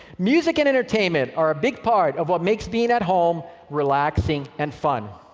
music and entertainment are a big part of what makes being at home relaxing and fun.